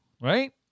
right